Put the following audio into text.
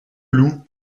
loup